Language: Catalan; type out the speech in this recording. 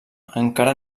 encara